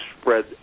spread